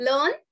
Learn